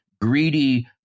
Greedy